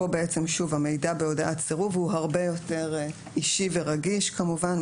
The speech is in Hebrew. פה המידע בהודעת סירוב הוא הרבה יותר אישי ורגיש כמובן,